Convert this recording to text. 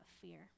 fear